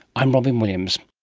i'm robyn williams